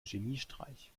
geniestreich